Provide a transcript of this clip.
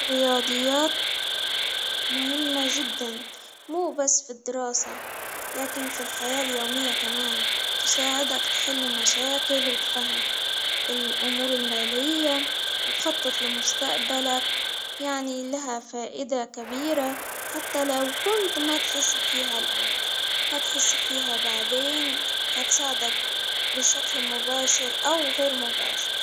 رياضيات مهمة جدا مو بس في الدراسة لكن في الحياة اليومية كمان تساعدك تحل مشاكل وتفهم الأمور المالية وتخطط لمستقبلك، يعني لها فائدة كبيرة حتى لو كنت ما تحس فيها الآن هتحس ذفيها بعدين هتساعدك بشكل مباشر أو غير مباشر